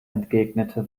entgegnete